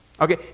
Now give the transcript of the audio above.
Okay